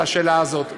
לשאלה הזאת,